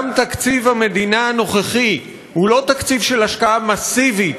גם תקציב המדינה הנוכחי הוא לא תקציב של השקעה מסיבית